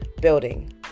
building